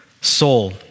soul